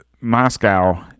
Moscow